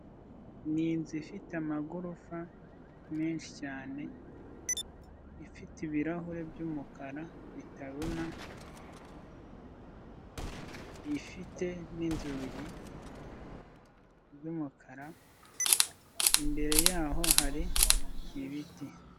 Ni inzu ifite amagorofa menshi cyane, ifite ibirahure by'umukara bitabona, ifite n'inzugi z'umukara, imbere yaho hari ibiti.